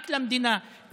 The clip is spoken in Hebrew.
רק למדינה,